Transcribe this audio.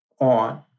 on